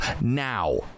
now